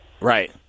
Right